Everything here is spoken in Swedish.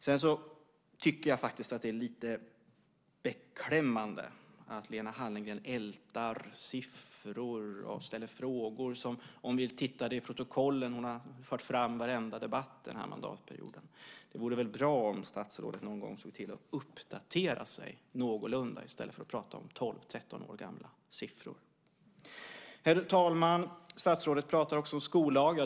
Sedan tycker jag faktiskt att det är lite beklämmande att Lena Hallengren ältar siffror och ställer frågor som, vilket vi skulle se om vi tittade i protokollen, hon har fört fram i varenda debatt den här mandatperioden. Det vore väl bra om statsrådet någon gång såg till att uppdatera sig någorlunda i stället för att prata om 12-13 år gamla siffror. Herr talman! Statsrådet pratar om skollagar.